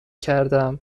کردم